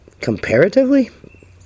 comparatively